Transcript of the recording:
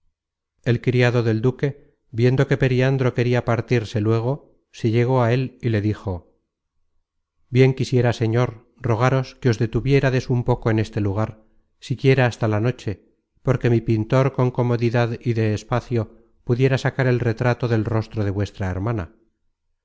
el criado del duque viendo que periandro queria partirse luego se llegó á él y le dijo bien quisiera señor rogaros que os detuviérades un poco en este lugar siquiera hasta la noche porque mi pintor con comodidad y de espacio pudiera sacar el retrato del rostro de vuestra hermana